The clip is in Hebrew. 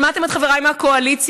שמעתם את חבריי מהקואליציה.